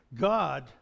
God